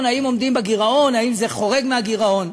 אם עומדים בגירעון ואם זה חורג מהגירעון.